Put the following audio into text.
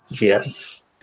Yes